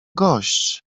gość